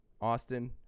Austin